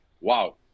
Wow